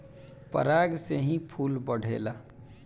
पराग से ही फूल बढ़ेला